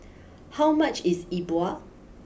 how much is Yi Bua